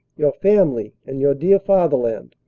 your family and your dear fatherland.